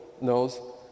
knows